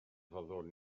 fyddwn